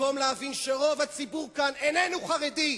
במקום להבין שרוב הציבור כאן איננו חרדי,